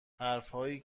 حرفهایی